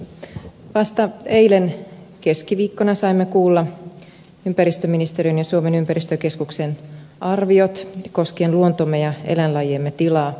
vasta eilen keskiviikkona saimme kuulla ympäristöministeriön ja suomen ympäristökeskuksen arviot koskien luontomme ja eläinlajiemme tilaa